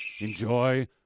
enjoy